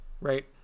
right